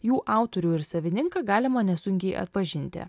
jų autorių ir savininką galima nesunkiai atpažinti